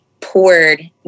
poured